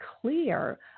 clear